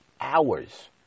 hours